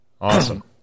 awesome